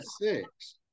six